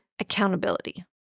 accountability